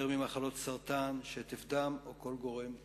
יותר ממחלות סרטן, שטף דם או כל גורם אחר.